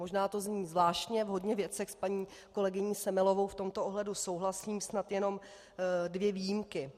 Možná to zní zvláštně, v hodně věcech s paní kolegyní Semelovou v tomto ohledu souhlasím, snad jenom dvě výjimky.